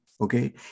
okay